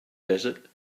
desert